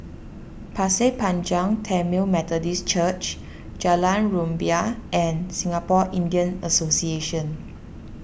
Pasir Panjang Tamil Methodist Church Jalan Rumbia and Singapore Indian Association